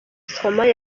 stromae